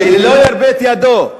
שלא ירפה את ידו,